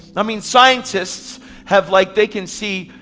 i mean scientists have. like they can see,